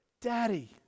Daddy